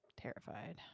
Terrified